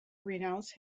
renounce